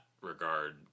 regard